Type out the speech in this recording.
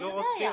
אתה יודע.